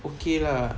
okay lah